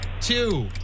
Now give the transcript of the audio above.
two